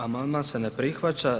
Amandman se ne prihvaća.